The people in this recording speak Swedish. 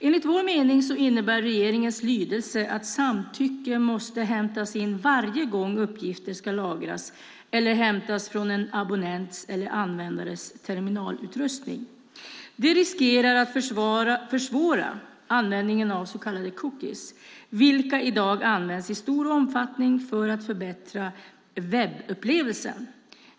Enligt vår mening innebär regeringens lydelse att samtycke måste hämtas in varje gång uppgifter ska lagras eller hämtas från en abonnents eller användares terminalutrustning. Det riskerar att försvåra användningen av så kallade cookies, vilka i dag används i stor omfattning för att förbättra webbupplevelsen.